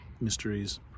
mysteries